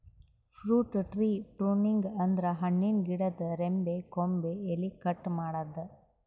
fruit tree pruning ಅಂದ್ರ ಹಣ್ಣಿನ್ ಗಿಡದ್ ರೆಂಬೆ ಕೊಂಬೆ ಎಲಿ ಕಟ್ ಮಾಡದ್ದ್